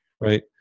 right